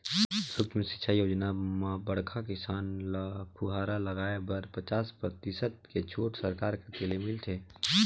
सुक्ष्म सिंचई योजना म बड़खा किसान ल फुहरा लगाए बर पचास परतिसत के छूट सरकार कति ले मिलथे